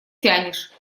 тянешь